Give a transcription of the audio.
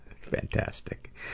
fantastic